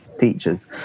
teachers